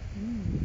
hmm